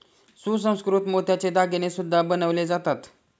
सुसंस्कृत मोत्याचे दागिने सुद्धा बनवले जातात